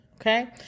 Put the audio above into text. okay